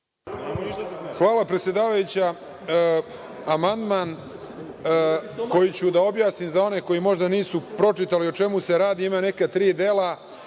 Hvala predsedavajuća. Amandman koji ću da objasnim za one koji nisu možda pročitali o čemu se radi, ima neka tri dela